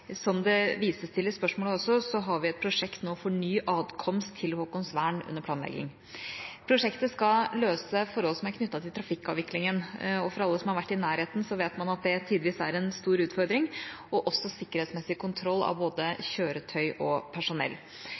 Som det vises til i spørsmålet også, har vi nå et prosjekt for ny atkomst til Haakonsvern under planlegging. Prosjektet skal løse forhold som er knyttet til trafikkavviklingen, og alle som har vært i nærheten, vet at det tidvis er en stor utfordring, og det er også sikkerhetsmessig kontroll av både kjøretøy og personell.